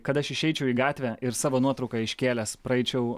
kad aš išeičiau į gatvę ir savo nuotrauką iškėlęs praeičiau